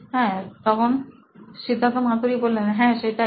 Siddharth Maturi C E O নোইন electronics হ্যাঁ সেটাই